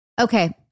Okay